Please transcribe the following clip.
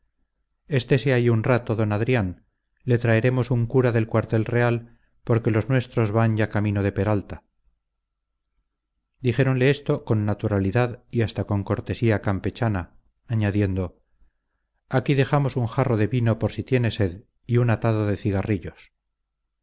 dijeron estese ahí un rato d adrián le traeremos un cura del cuartel real porque los nuestros van ya camino de peralta dijéronle esto con naturalidad y hasta con cortesía campechana añadiendo aquí dejamos un jarro de vino por si tiene sed y un atado de cigarrillos